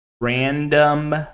Random